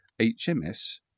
HMS